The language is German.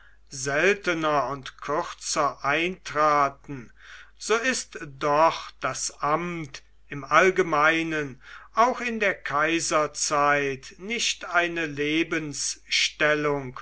seltener und kürzer eintraten so ist doch das amt im allgemeinen auch in der kaiserzeit nicht eine lebensstellung